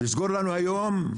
לסגור לנו היום,